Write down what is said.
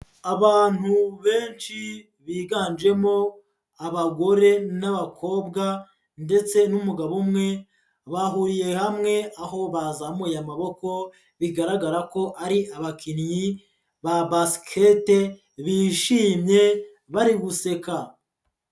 Abantu benshi biganjemo abagore n'abakobwa ndetse n'umugabo umwe, bahuriye hamwe aho bazamuye amaboko bigaragara ko ari abakinnyi ba basket, bishimye bari guseka.